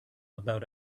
about